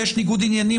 כי יש ניגוד עניינים,